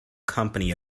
company